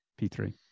P3